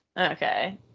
Okay